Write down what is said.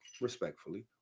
respectfully